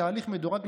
בתהליך מדורג,